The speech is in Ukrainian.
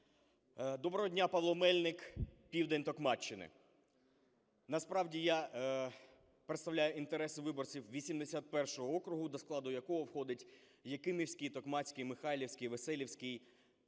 Доброго дня! Павло Мельник, південь Токмаччини. Насправді, я представлю інтереси виборців 81 округ, до складу якого входить Якимівський, Токмацький, Михайлівський, Веселівський,